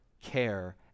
care